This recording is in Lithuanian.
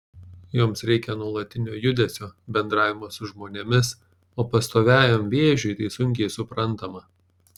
joms reikia nuolatinio judesio bendravimo su žmonėmis o pastoviajam vėžiui tai sunkiai suprantama